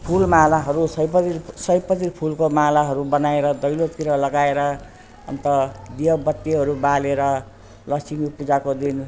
फुल मालाहरू सयपत्री सयपत्री फुलको मालाहरू बनाएर दैलोतिर लगाएर अन्त दीयो बत्तीहरू बालेर लक्ष्मी पूजाको दिन